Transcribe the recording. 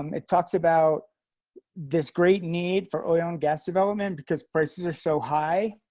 um it talks about this great need for oil and gas development because prices are so high.